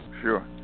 Sure